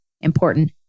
important